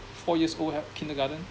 four years old at kindergarten